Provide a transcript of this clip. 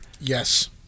Yes